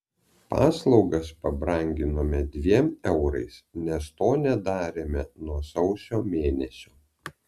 paslaugas pabranginome dviem eurais nes to nedarėme nuo sausio mėnesio